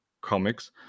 comics